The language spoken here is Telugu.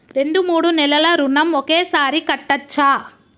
రెండు మూడు నెలల ఋణం ఒకేసారి కట్టచ్చా?